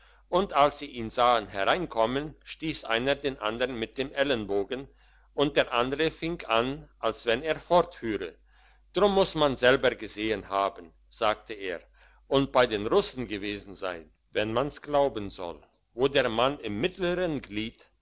und als sie ihn sahen hereinkommen stiess einer den andern mit den ellenbogen und der andere fing an als wenn er fortführe drum muss man's selber gesehen haben sagte er und bei den russen gewesen sein wenn man's glauben soll wo der mann im mittleren glied